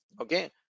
okay